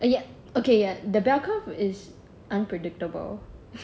are you okay the bell curve is unpredictable